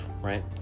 right